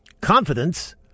Confidence